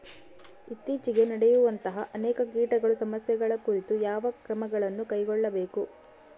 ಇತ್ತೇಚಿಗೆ ನಡೆಯುವಂತಹ ಅನೇಕ ಕೇಟಗಳ ಸಮಸ್ಯೆಗಳ ಕುರಿತು ಯಾವ ಕ್ರಮಗಳನ್ನು ಕೈಗೊಳ್ಳಬೇಕು?